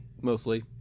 mostly